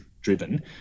driven